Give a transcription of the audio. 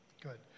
good